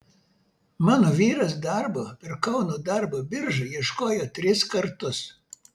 mano vyras darbo per kauno darbo biržą ieškojo tris kartus